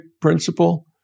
principle